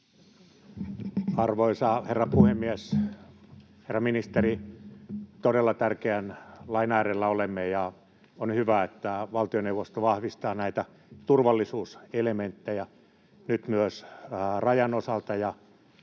Arvoisa herra puhemies! Herra ministeri, todella tärkeän lain äärellä olemme. On hyvä, että valtioneuvosto vahvistaa näitä turvallisuuselementtejä nyt myös Rajan osalta